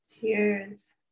Cheers